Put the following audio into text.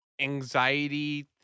anxiety